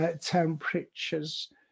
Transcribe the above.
temperatures